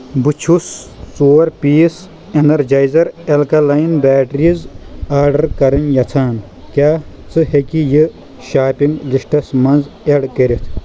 بہٕ چھُس ژور پیٖس اٮ۪نرجایزر اٮ۪لکَلاین بیٹریٖز آڈر کرٕنۍ یژھان کیٛاہ ژٕ ہٮ۪کہِ یہِ شاپنگ لسٹَس منٛز ایڈ کٔرِتھ